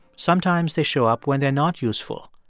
sometimes they show up when they're not useful,